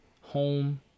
Home